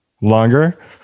longer